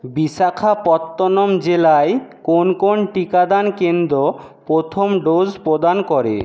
বিশাখাপত্তনম জেলায় কোন কোন টিকাদান কেন্দ্র প্রথম ডোজ প্রদান করে